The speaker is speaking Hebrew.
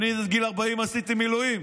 אני עד גיל 40 עשיתי מילואים,